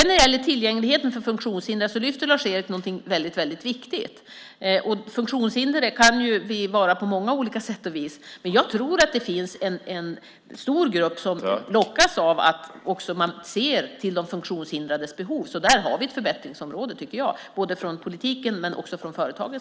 När det gäller tillgängligheten för funktionshindrade lyfter Lars-Ivar fram någonting väldigt viktigt. Funktionshinder kan vara av många olika slag, men jag tror att det finns en stor grupp som lockas av att man ser till de funktionshindrades behov. Där tycker jag att vi har ett förbättringsområde både från politiken och från företagen.